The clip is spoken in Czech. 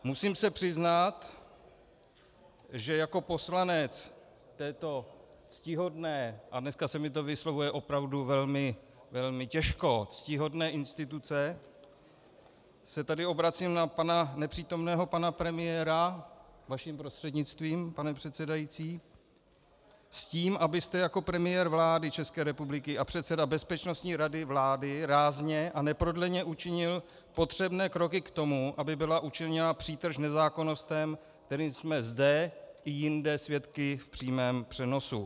Musím se přiznat, že jako poslanec této ctihodné a dneska se mi to vyslovuje opravdu velmi, velmi těžko ctihodné instituce se tady obracím na nepřítomného pana premiéra vaším prostřednictvím, pane předsedající, s tím, abyste jako premiér vlády České republiky a předseda Bezpečnostní rady vlády rázně a neprodleně učinil potřebné kroky k tomu, aby byla učiněna přítrž nezákonnostem, kterým jsme zde i jinde svědky v přímém přenosu.